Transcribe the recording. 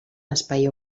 espai